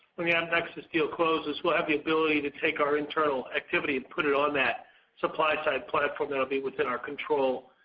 when the yeah appnexus deal closes, we'll have the ability to take our internal activity and put it on that supply-side platform that will be within our control,